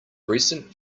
recent